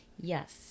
Yes